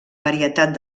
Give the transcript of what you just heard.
varietat